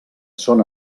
són